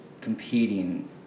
competing